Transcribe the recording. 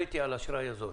דברי אתי על אשראי אזור.